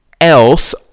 else